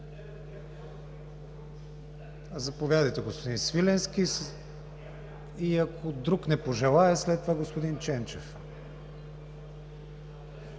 Заповядайте, господин Свиленски. И, ако друг не пожелае, след това господин Ченчев.